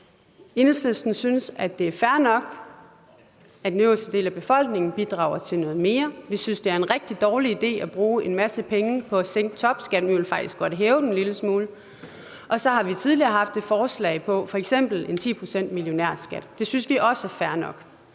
Enhedslisten synes, at det er fair nok, at den øverste del af befolkningen bidrager med noget mere. Vi synes, det er en rigtig dårlig idé at bruge en masse penge på at sænke topskatten, vi vil faktisk godt hæve den en lille smule. Og så har vi tidligere haft et forslag om f.eks. 10 pct. millionærskat. Det synes vi også er fair nok.